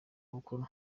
bukuru